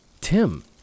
Tim